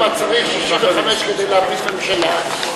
אם צריך 65 כדי להפיל את הממשלה,